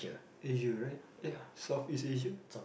Asia right eh South East Asia